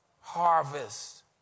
Harvest